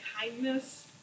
kindness